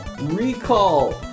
Recall